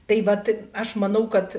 tai vat aš manau kad